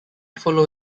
follow